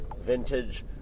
vintage